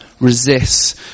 resists